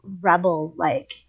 rebel-like